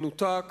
מנותק